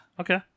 Okay